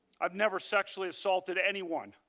i have never sexually assaulted anyone.